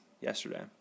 yesterday